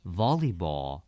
volleyball